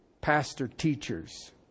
pastor-teachers